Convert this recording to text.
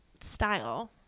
style